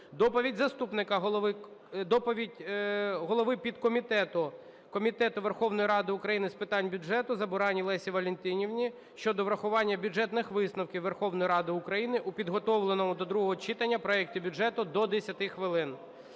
доповідь голови підкомітету Комітету Верховної Ради України з питань бюджету Забуранної Лесі Валентинівни щодо врахування бюджетних висновків Верховної Ради України у підготовленому до другого читання проекті бюджету – до 10 хвилин;